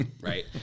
Right